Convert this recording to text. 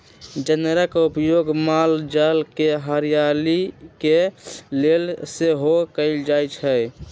जनेरा के उपयोग माल जाल के हरियरी के लेल सेहो कएल जाइ छइ